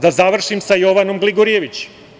Da završim sa Jovanom Gligorijević.